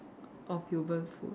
of human food